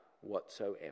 whatsoever